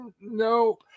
no